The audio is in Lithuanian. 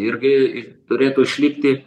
irgi turėtų išlikti